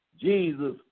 Jesus